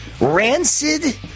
rancid